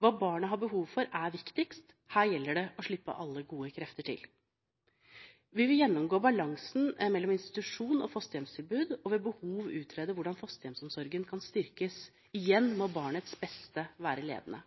Hva barnet har behov for, er viktigst. Her gjelder det å slippe alle gode krefter til. Vi vil gjennomgå balansen mellom institusjons- og fosterhjemstilbud og ved behov utrede hvordan fosterhjemsomsorgen kan styrkes. Igjen må barnets beste være ledende.